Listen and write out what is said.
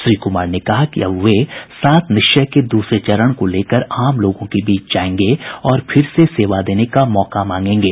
श्री कुमार ने कहा कि अब वे सात निश्चय के दूसरे चरण को लेकर आम लोगों के बीच जायेंगे और फिर से सेवा देने का मौका मांगेंगे